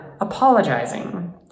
apologizing